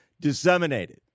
disseminated